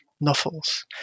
novels